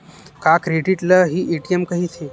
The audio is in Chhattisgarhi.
का क्रेडिट ल हि ए.टी.एम कहिथे?